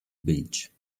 beach